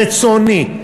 רצוני,